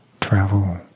travel